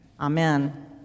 Amen